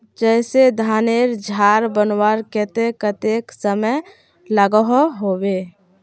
जैसे धानेर झार बनवार केते कतेक समय लागोहो होबे?